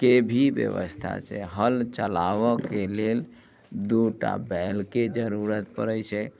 के भी व्यवस्था छै हल भी चलाबऽ के लेल दुटा बैलके जरूरत पड़ैत छै